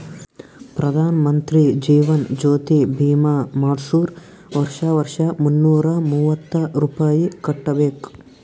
ಪ್ರಧಾನ್ ಮಂತ್ರಿ ಜೀವನ್ ಜ್ಯೋತಿ ಭೀಮಾ ಮಾಡ್ಸುರ್ ವರ್ಷಾ ವರ್ಷಾ ಮುನ್ನೂರ ಮೂವತ್ತ ರುಪಾಯಿ ಕಟ್ಬಬೇಕ್